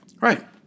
Right